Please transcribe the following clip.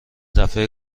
دفعه